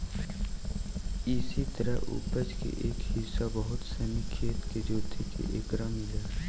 इसी तरह उपज के एक हिस्सा बहुत सनी खेत के जोतके एकरा मिलऽ हइ